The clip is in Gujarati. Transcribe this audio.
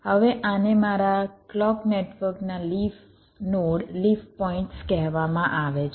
હવે આને મારા ક્લૉક નેટવર્કના લિફ નોડ લિફ પોઇન્ટ્સ કહેવામાં આવે છે